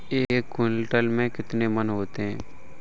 एक क्विंटल में कितने मन होते हैं?